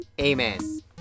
Amen